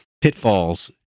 pitfalls